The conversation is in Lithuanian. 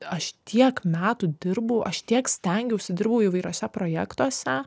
aš tiek metų dirbu aš tiek stengiausi dirbau įvairiuose projektuose